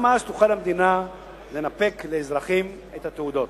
גם אז תוכל המדינה לנפק לאזרחים את התעודות.